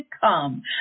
come